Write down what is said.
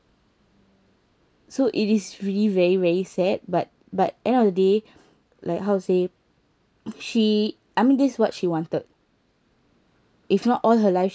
so it is really very very sad but but end of the day like how to say she I mean this is what she wanted if not all her life